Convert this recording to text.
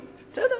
בסדר,